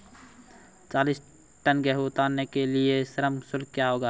चालीस टन गेहूँ उतारने के लिए श्रम शुल्क क्या होगा?